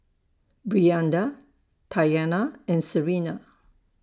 Brianda Taina and Serena